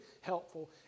helpful